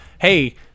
hey